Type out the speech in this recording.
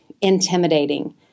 intimidating